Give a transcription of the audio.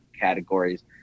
categories